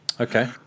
Okay